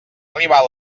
arribar